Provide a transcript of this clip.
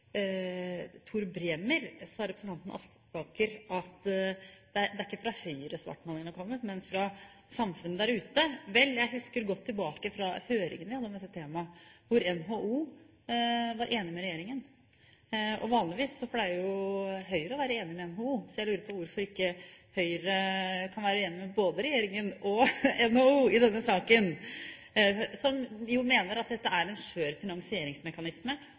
Bremer sa representanten Aspaker at det ikke er fra Høyre svartmalingen har kommet, men fra samfunnet der ute. Vel, jeg husker godt tilbake fra høringen om dette temaet, hvor NHO var enig med regjeringen. Vanligvis pleier jo Høyre å være enig med NHO. Så jeg lurer på hvorfor ikke Høyre kan være enig med både regjeringen og NHO i denne saken, som mener at dette er en skjør finansieringsmekanisme